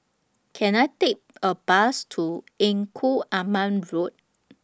Can I Take A Bus to Engku Aman Road